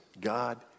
God